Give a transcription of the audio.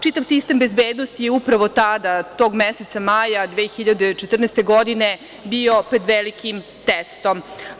Čitav sistem bezbednosti je upravo tog meseca maja 2014. godine bio pred velikim testom.